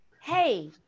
hey